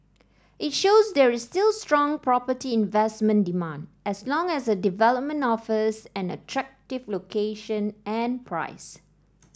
it shows there is still strong property investment demand as long as a development offers an attractive location and price